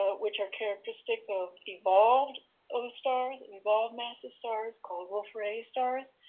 ah which are characteristic of evolved o stars, and evolved massive stars, called wolf-rayet stars.